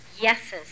yeses